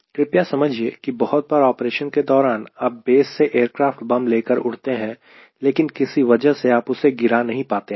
कृपया समझिए कि बहुत बार ऑपरेशन के दौरान आप बेस से एयरक्राफ़्ट बम लेकर उड़ते हैं लेकिन किसी वजह से आप उसे गिरा नहीं पाते हैं